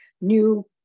new